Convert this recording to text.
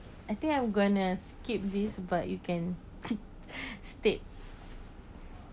I think I'm gonna skip this but you can state